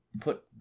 put